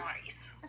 Nice